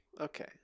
okay